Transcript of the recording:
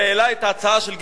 שהעלה את ההצעה, של גזעניות,